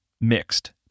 mixed